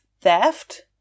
theft